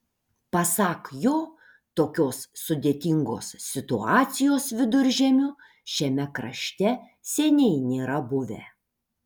pasak jo tokios sudėtingos situacijos viduržiemiu šiame krašte seniai nėra buvę